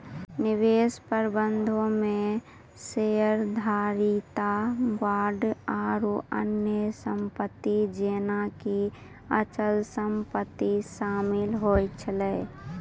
निवेश प्रबंधनो मे शेयरधारिता, बांड आरु अन्य सम्पति जेना कि अचल सम्पति शामिल होय छै